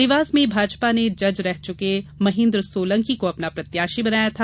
देवास में भाजपा ने जज रह चुके महेंद्र सोलंकी को अपना प्रत्याशी बनाया है